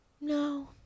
No